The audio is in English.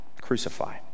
crucify